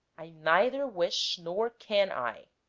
i neither wish nor can i